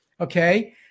okay